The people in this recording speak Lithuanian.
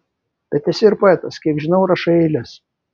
bet esi ir poetas kiek žinau rašai eiles